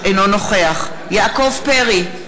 אינו נוכח יעקב פרי,